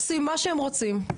עושים מה שהם רוצים,